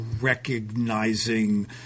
recognizing